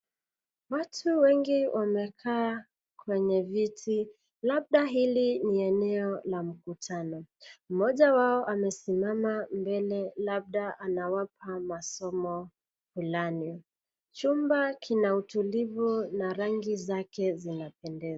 Watu wengi wamekaa kwenye viti labda hili ni eneo la mkutano mmoja wao amesimama mbele labda anawapa masomo fulani chumba kina utulivu na rangi zake zinapendeza